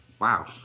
Wow